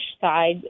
side